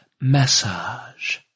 massage